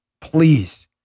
please